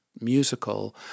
musical